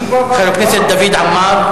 הצעה מס' 4353,